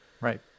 right